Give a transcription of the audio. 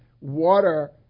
water